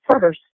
first